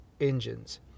engines